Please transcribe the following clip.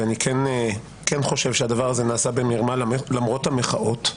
אני כן חושב שהדבר הזה נעשה במרמה, למרות המחאות.